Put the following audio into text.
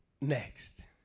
Next